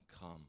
Come